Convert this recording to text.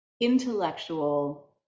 intellectual